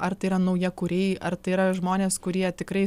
ar tai yra naujakuriai ar tai yra žmonės kurie tikrai